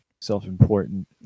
self-important